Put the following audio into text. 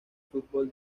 fútbol